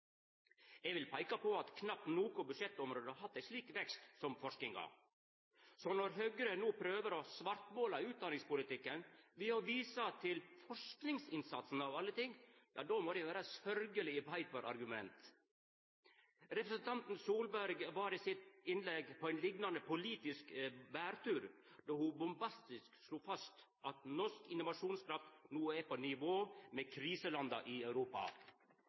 Eg vil peika på at knapt noko anna budsjettområde har hatt ein slik vekst som forskinga. Når Høgre no prøver å svartmåla utdanningspolitikken ved å visa til forskingsinnsatsen – av alle ting – då må dei vera sørgjeleg i beit for argument. Representanten Solberg var i sitt innlegg på ein liknande politisk bærtur då ho bombastisk slo fast at norsk innovasjonskraft no er på nivå med kriselanda i Europa.